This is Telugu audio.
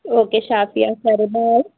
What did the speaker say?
ఓకే షాఫియా సరే బై